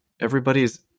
everybody's